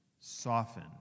soften